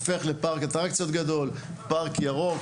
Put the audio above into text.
שהופך לפארק אטרקציות גדול; פארק ירוק,